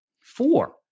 Four